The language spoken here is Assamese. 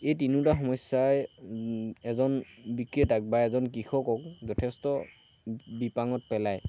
এই তিনিওটা সমস্যাই এজন বিক্ৰেতাক বা এজন কৃষকক যথেষ্ট বিপাঙত পেলায়